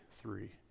three